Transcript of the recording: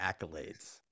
accolades